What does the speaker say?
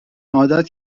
عادت